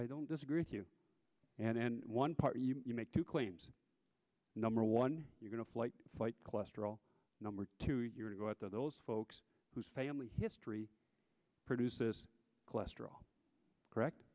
i don't disagree with you and one part you make to claims number one you're going to flight fight cholesterol number two you're to go out to those folks whose family history produces cholesterol correct